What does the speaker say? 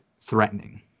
threatening